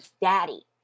daddy